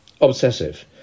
obsessive